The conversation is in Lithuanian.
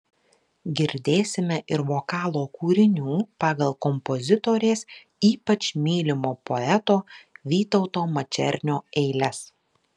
girdėsime ir vokalo kūrinių pagal kompozitorės ypač mylimo poeto vytauto mačernio eiles